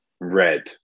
red